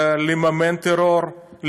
לממן טרור,